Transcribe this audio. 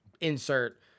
insert